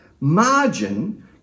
Margin